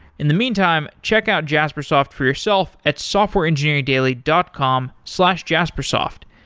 in the meantime, check out jaspersoft for yourself at softwareengineeringdaily dot com slash jaspersoft.